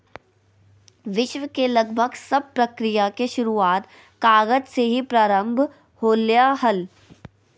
विश्व के लगभग सब प्रक्रिया के शुरूआत कागज से ही प्रारम्भ होलय हल